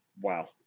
wow